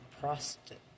prostitute